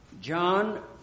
John